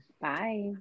Bye